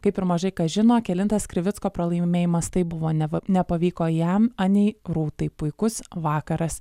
kaip ir mažai kas žino kelintas krivicko pralaimėjimas tai buvo neva nepavyko jam anei rūtai puikus vakaras